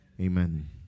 Amen